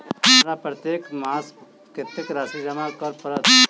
हमरा प्रत्येक मास कत्तेक राशि जमा करऽ पड़त?